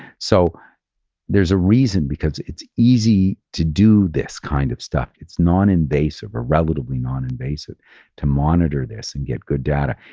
so there's a reason because it's easy to do this kind of stuff. it's noninvasive or relatively noninvasive to monitor this and get good data.